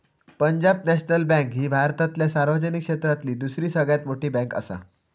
Punjab national bank ही भारतातल्या सार्वजनिक क्षेत्रातली दुसरी सगळ्यात मोठी बँकआसा